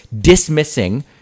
dismissing